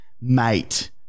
mate